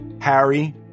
Harry